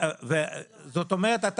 לא.